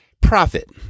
Profit